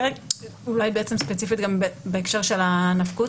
ספציפית בהקשר של הנפקות,